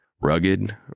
Rugged